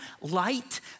light